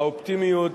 האופטימיות